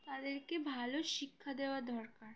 তাদেরকে ভালো শিক্ষা দেওয়া দরকার